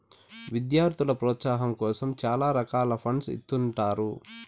విద్యార్థుల ప్రోత్సాహాం కోసం చాలా రకాల ఫండ్స్ ఇత్తుంటారు